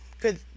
good